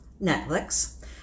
Netflix